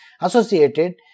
associated